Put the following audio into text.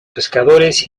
pescadores